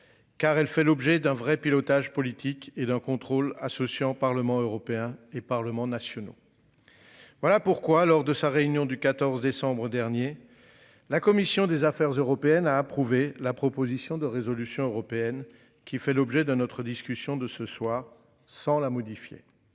Car elle fait l'objet d'un vrai pilotage politique et d'un contrôle associant Parlement européen et Parlements nationaux. Voilà pourquoi lors de sa réunion du 14 décembre dernier. La commission des Affaires européennes a approuvé la proposition de résolution européenne qui fait l'objet de notre discussion de ce soir sans la modifier.